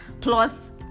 Plus